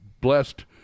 blessed